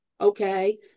Okay